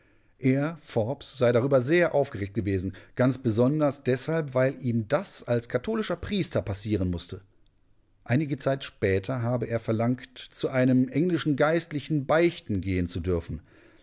er forbes sei darüber sehr aufgeregt gewesen ganz besonders deshalb weil ihm das als katholischer priester passieren mußte einige zeit später habe er verlangt zu einem englischen geistlichen beichten gehen zu dürfen